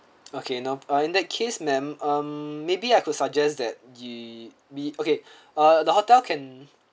okay no uh in that case ma'am um maybe I could suggest that you we okay ah the hotel can